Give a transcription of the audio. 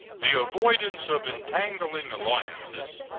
the avoidance of entangling alliances,